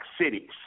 cities